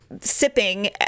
sipping